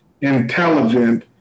intelligent